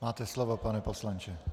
Máte slovo, pane poslanče.